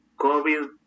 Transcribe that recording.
COVID